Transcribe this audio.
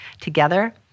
together